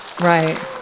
Right